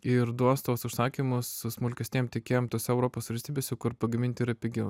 ir duos tuos užsakymus smulkesniem tiekėjam tose europos valstybėse kur pagaminti yra pigiau